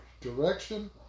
direction